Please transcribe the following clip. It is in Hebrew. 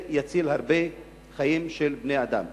זה יציל חיים של הרבה בני-אדם.